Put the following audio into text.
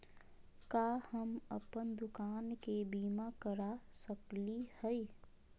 का हम अप्पन दुकान के बीमा करा सकली हई?